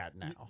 now